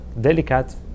delicate